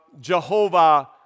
Jehovah